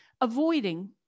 avoiding